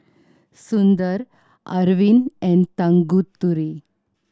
Sundar Arvind and Tanguturi